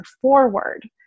forward